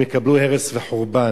הם יקבלו הרס וחורבן.